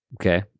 Okay